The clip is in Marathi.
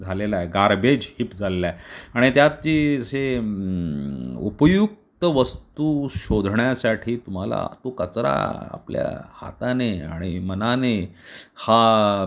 झालेला आहे गार्बेज हीप झालेला आहे आणि त्यात ती से उपयुक्त वस्तू शोधण्यासाठी तुम्हाला तो कचरा आपल्या हाताने आणि मनाने हा